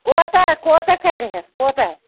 کوتاہ کوتاہ کَرِہٮ۪س کوتاہ